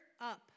up